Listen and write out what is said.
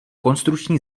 konstrukční